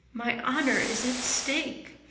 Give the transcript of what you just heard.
my honor is at stake,